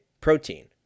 protein